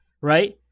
right